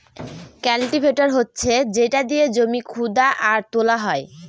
cultivator হচ্ছে যেটা দিয়ে জমি খুদা আর তোলা হয়